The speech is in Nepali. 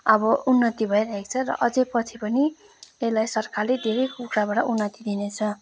अब उन्नति भइरहेछ अझै पछि पनि यसलाई सरकारले धेरै कुराबाट उन्नति दिनेछ